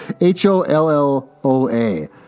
H-O-L-L-O-A